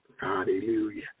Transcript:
hallelujah